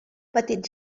petit